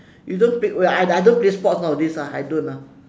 you don't play I I don't play sport nowadays ah I don't ah